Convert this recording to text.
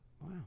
wow